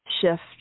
shift